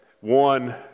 one